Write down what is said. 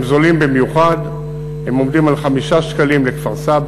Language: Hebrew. הם זולים במיוחד: הם עומדים על 5 שקלים לכפר-סבא,